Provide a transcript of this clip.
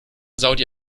saudi